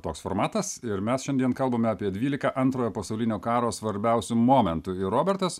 toks formatas ir mes šiandien kalbame apie dvylika antrojo pasaulinio karo svarbiausių momentų ir robertas